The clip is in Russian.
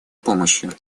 помощью